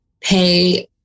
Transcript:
pay